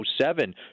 07